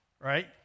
Right